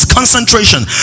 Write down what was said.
concentration